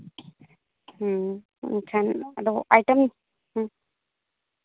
ᱦᱚᱸ ᱢᱮᱱᱠᱷᱟᱱ ᱟᱫᱚ ᱟᱭᱴᱮᱢ